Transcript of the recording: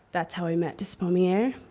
that's how we met despommier.